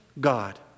God